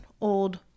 old